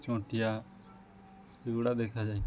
ଚୁଣ୍ଟିିଆ ଏଗୁଡ଼ା ଦେଖାଯାଏ